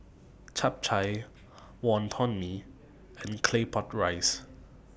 Chap Chai Wonton Mee and Claypot Rice